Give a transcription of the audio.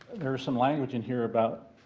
there's some language in here about